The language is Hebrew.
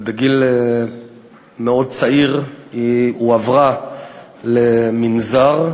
ובגיל מאוד צעיר היא הועברה למנזר.